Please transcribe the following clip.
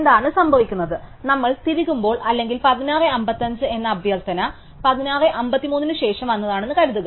എന്താണ് സംഭവിക്കുന്നത് നമ്മൾ തിരുകുമ്പോൾ അല്ലെങ്കിൽ 1655 എന്ന അഭ്യർത്ഥന 1653 ന് ശേഷം വന്നതാണെന്ന് കരുതുക